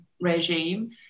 regime